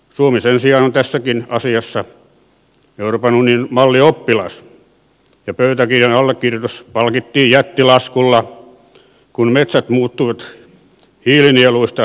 suomi sen sijaan on tässäkin asiassa euroopan unionin mallioppilas ja pöytäkirjan allekirjoitus palkittiin jättilaskulla kun metsät muuttuivat hiilinieluista päästölähteiksi